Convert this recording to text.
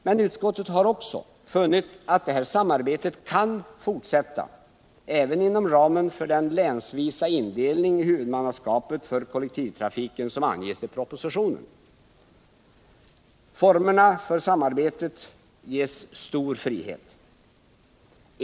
Men utskottet har också funnit att detta samarbete kan fortsätta även inom ramen för den länsvisa indelning i huvudmannaskapet för kollektivtrafiken som anges i propositionen. Formerna för samarbetet ges stor frihet.